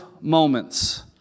moments